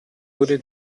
wurde